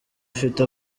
afite